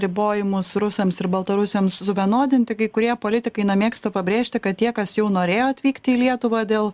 ribojimus rusams ir baltarusiams suvienodinti kai kurie politikai na mėgsta pabrėžti kad tie kas jau norėjo atvykti į lietuvą dėl